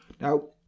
Now